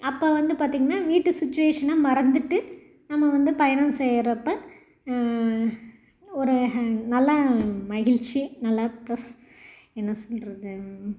அப்போ வந்து பார்த்திங்கன்னா வீட்டு சுச்சுவேஷனை மறந்துவிட்டு நம்ம வந்து பயணம் செய்றப்போ ஒரு ஹ நல்ல மகிழ்ச்சி நல்ல ப்ளஸ் என்ன சொல்வது